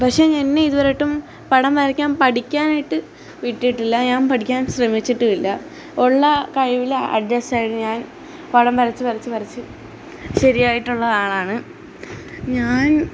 പക്ഷേ എന്നെ ഇതുവരെ ആയിട്ടും പടം വരക്കാന് പഠിക്കാനായിട്ട് വിട്ടിട്ടില്ല ഞാന് പഠിക്കാൻ ശ്രമിച്ചിട്ടുവില്ല ഉള്ള കഴിവില് അഡ്ജസ്റ്റ് ആയിട്ട് ഞാന് പടം വരച്ച് വരച്ച് വരച്ച് ശരിയായിട്ടുള്ള ആളാണ് ഞാന്